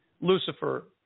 Lucifer